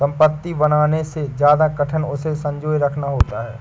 संपत्ति बनाने से ज्यादा कठिन उसे संजोए रखना होता है